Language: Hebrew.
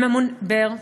בֵּר.